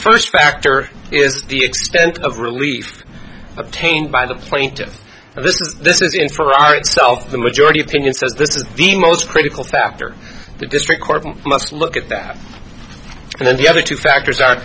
first factor is the extent of relief obtained by the plaintiffs and this is this is in for our itself the majority opinion says this is the most critical factor the district court must look at that and then the other two factors are